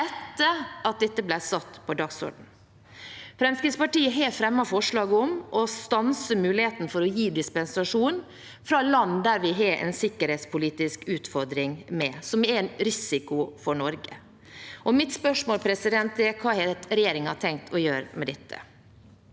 etter at dette ble satt på dagsordenen. Fremskrittspartiet har fremmet forslag om å stanse muligheten for å gi dispensasjon for land som vi har en sikkerhetspolitisk utfordring med, som er en risiko for Norge. Mitt spørsmål er: Hva har regjeringen tenkt å gjøre med dette?